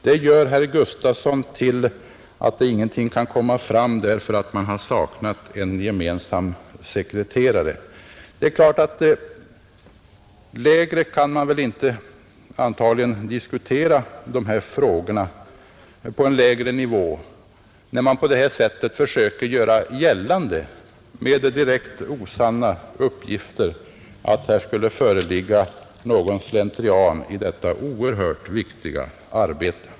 Det gör herr Gustafson till att ingenting kan komma fram, därför att man har saknat en sekreterare. På en lägre nivå kan man antagligen inte diskutera dessa frågor när man på detta sätt med direkt osanna uppgifter försöker göra gällande att det skulle föreligga slentrian i detta oerhört viktiga arbete.